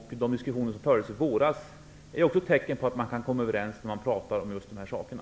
De diskussioner som fördes i våras är också tecken på att man kan komma överens när man pratar om just de här sakerna.